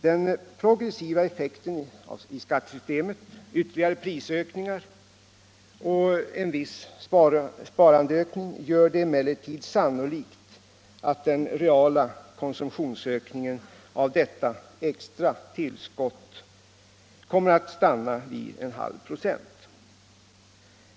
Den progressiva effekten i skattesystemet, ytterligare prisökningar och en viss sparandeökning gör att det emellertid är sannolikt att den reala konsumtionsökningen av detta extra tillskott stannar vid en halv procent.